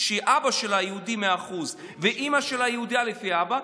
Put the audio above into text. שאבא שלה יהודי מאה אחוז ואימא יהודייה לפי האבא.